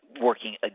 working